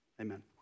Amen